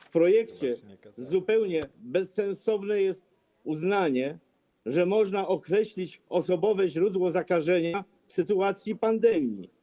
W projekcie zupełnie bezsensowne jest uznanie, że można określić osobowe źródło zakażenia w sytuacji pandemii.